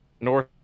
North